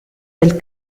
del